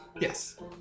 Yes